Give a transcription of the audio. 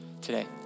today